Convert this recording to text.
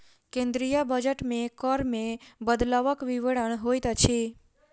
केंद्रीय बजट मे कर मे बदलवक विवरण होइत अछि